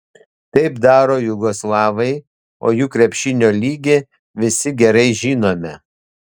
taip daro jugoslavai o jų krepšinio lygį visi gerai žinome